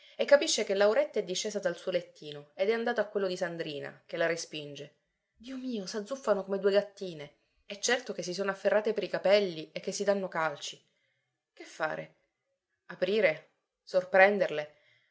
e capisce che lauretta è discesa dal suo lettino ed è andata a quello di sandrina che la respinge dio mio s'azzuffano come due gattine è certo che si sono afferrate per i capelli e che si danno calci che fare aprire sorprenderle